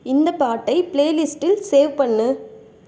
இந்த பாட்டை பிளே லிஸ்ட்டில் சேவ் பண்ணு